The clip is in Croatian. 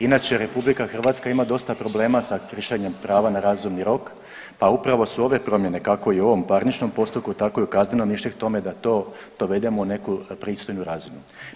Inače RH ima dosta problema sa kršenjem prava na razumni rok, pa upravo su ove promjene kako i u ovom parničnom postupku tako i u kaznenom išli k tome da to dovedeno u neku pristojnu razinu.